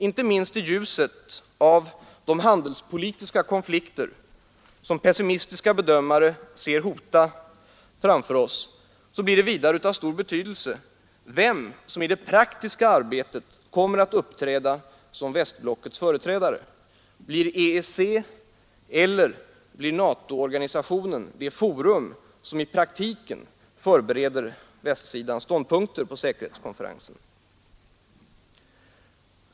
Inte minst i ljuset av de handelspolitiska konflikter som pessimistiska bedömare ser hota framför oss blir det vidare av stor betydelse vem som i det praktiska arbetet kommer att uppträda som västblockets företrädare. Blir EEC eller NATO-organisationen det forum som i praktiken förbereder västsidans ståndpunkter på säkerhetskonferensen?